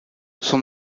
son